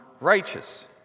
righteous